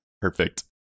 Perfect